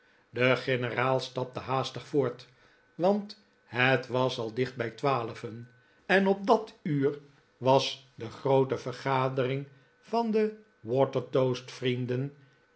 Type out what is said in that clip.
de generaal stapte haastig voort want het was al dicht bij twaalven en op dat uur was de groote vergadering van de